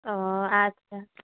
ও আচ্ছা